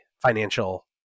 financial